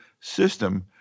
system